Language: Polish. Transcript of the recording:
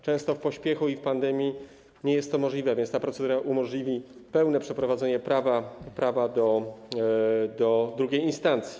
Często w pośpiechu i w pandemii nie jest to możliwe, więc ta procedura umożliwi pełne przeprowadzenie prawa do drugiej instancji.